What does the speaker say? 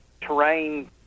Terrain